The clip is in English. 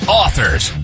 authors